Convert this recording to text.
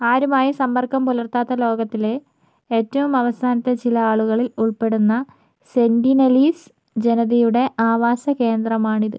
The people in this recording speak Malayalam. ആരുമായും സമ്പർക്കം പുലർത്താത്ത ലോകത്തിലെ ഏറ്റവും അവസാനത്തെ ചില ആളുകളിൽ ഉൾപ്പെടുന്ന സെൻറ്റിനലീസ് ജനതയുടെ ആവാസ കേന്ദ്രമാണിത്